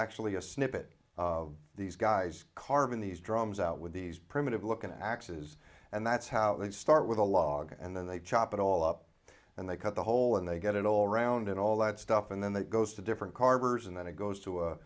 actually a snippet of these guys carving these drums out with these primitive looking axes and that's how they start with a log and then they chop it all up and they cut the hole and they get it all round and all that stuff and then that goes to different carvers and then it goes to